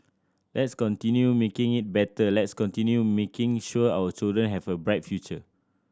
let's continue making it better let's continue making sure our children have a bright future